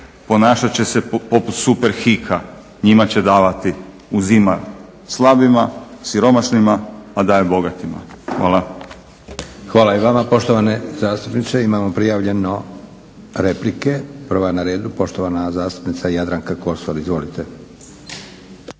ponašat će se poput Superhika. Njima će davati, uzima slabima, siromašnima a daje bogatima. Hvala. **Leko, Josip (SDP)** Hvala i vama poštovani zastupniče. Imamo prijavljeno replike. Prva je na redu poštovana zastupnica Jadranka Kosor. Izvolite.